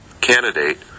candidate